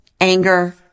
anger